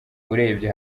urebye